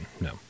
no